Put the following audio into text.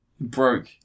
broke